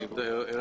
אני מסיר אותה.